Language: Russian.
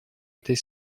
этой